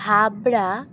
Habra